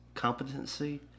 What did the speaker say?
Competency